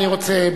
אני רוצה,